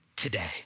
today